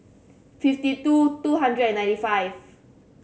fifty two two hundred and ninety five